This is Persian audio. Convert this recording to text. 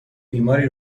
بیماری